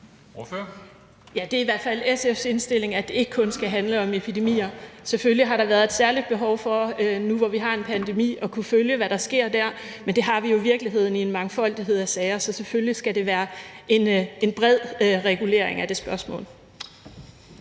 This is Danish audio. Det er i hvert fald SF's indstilling, at det ikke kun skal handle om epidemier. Selvfølgelig har der været et særligt behov nu, hvor vi har en pandemi, for at kunne følge, hvad der sker der, men det har vi jo i virkeligheden i en mangfoldighed af sager, så selvfølgelig skal det være en bred regulering af det spørgsmål.